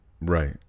Right